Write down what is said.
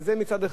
מצד שני,